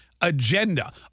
agenda